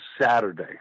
Saturday